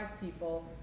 people